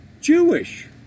Jewish